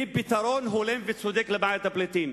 ופתרון הולם וצודק לבעיית הפליטים.